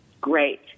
great